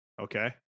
Okay